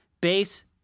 base